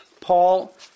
Paul